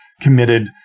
committed